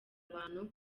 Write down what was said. abantu